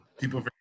People